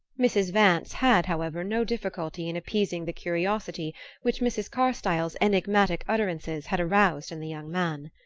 mrs. vance had, however, no difficulty in appeasing the curiosity which mrs. carstyle's enigmatic utterances had aroused in the young man.